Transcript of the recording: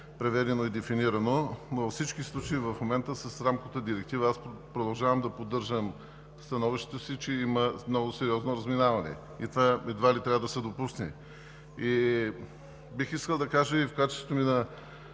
и дефинирано, но във всички случаи в момента с Рамковата директива, продължавам да поддържам становището си, има много сериозно разминаване и това едва ли трябва да се допусне. Бих искал да кажа, в качеството ми и